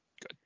good